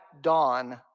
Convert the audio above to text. dawn